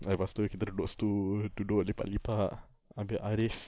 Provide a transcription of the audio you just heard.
lepas tu kita duduk situ duduk lepak lepak habis arif